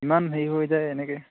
ইমান হেৰি হৈ যায় এনেকৈ